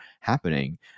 happening